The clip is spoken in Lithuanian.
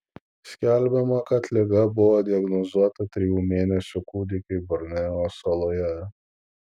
skelbiama kad liga buvo diagnozuota trijų mėnesių kūdikiui borneo saloje